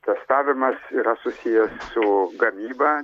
testavimas yra susijęs su gamyba